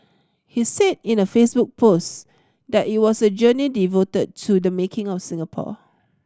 he said in a Facebook post that it was a journey devoted to the making of Singapore